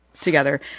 together